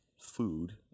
food